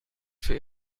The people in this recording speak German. für